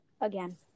again